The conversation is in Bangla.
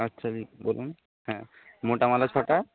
আচ্ছা বলুন হ্যাঁ মোটা মালা ছটা